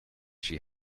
she